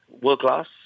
world-class